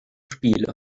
spiele